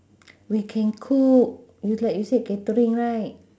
we can cook you like you said catering right